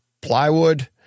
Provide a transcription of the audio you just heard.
plywood